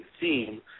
theme